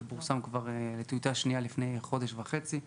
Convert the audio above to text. וכבר פורסמה טיוטה שנייה לפני חודש וחצי.